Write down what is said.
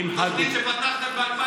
תוכנית שפתחתם ב-2016.